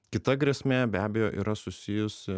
kita grėsmė be abejo yra susijusi